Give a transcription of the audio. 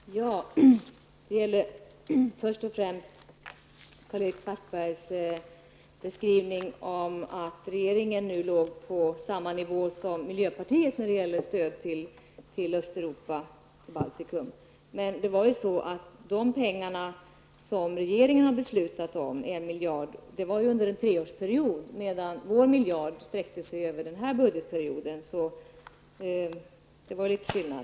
Fru talman! Det gällde först och främst Karl-Erik Svartbergs beskrivning om att regeringen nu låg på samma nivå som miljöpartiet när det gäller stöd till Östeuropa och Baltikum. Men de pengar som regeringen har beslutat om, 1 miljard, var ju under en treårsperiod medan vår vår miljard sträckte sig över den här budgetperioden. Det var en liten skillnad.